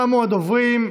תמו הדוברים.